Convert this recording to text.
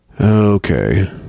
okay